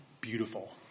beautiful